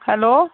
hello